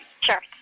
Sure